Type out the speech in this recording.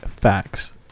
facts